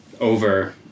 over